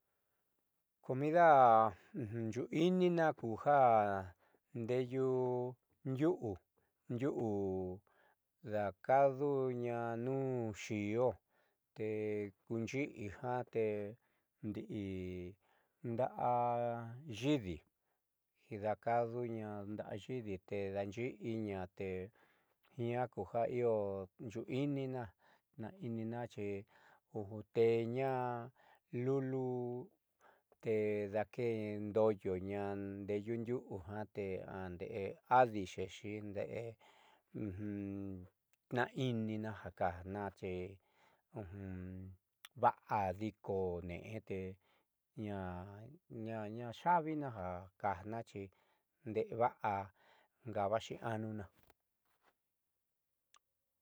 Comida yuui'inina kuja ndeeyu ndiuu ndiu'u daakaduña nuun xi'io tekuunxi'i jate ndiinda'a yiidi daakaduña nda'a yiidi te daanxi'iña tejiaa kujaxuui'inina tnaaiíninaxi teeñaa lulutedakeendooyo ñaandeeyu ndiu'u jate nde'e adi xeexi nde¿'e tnaai'ininaja kajnaxi va'a diko ne'e te ñaña ya'avinaja kajna xinde'e va'a ngabaxi anuna.